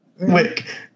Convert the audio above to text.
Wick